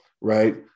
Right